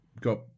got